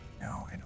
no